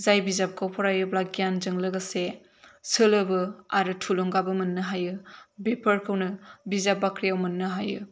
जाय बिजाबखौ फरायोबा गियानजों लोगोसे सोलोबो आरो थुलुंगाबो मोननो हायो बेफोरखौनो बिजाब बाख्रिआव मोननो हायो